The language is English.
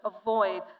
avoid